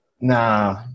nah